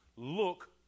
Look